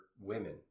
women